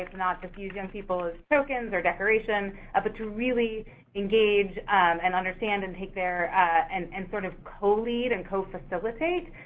not to view young people as tokens or decoration, but to really engage and understand and take their and and sort of co-lead and co-facilitate.